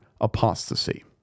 apostasy